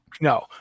No